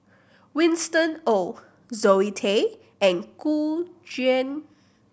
Winston Oh Zoe Tay and Gu Juan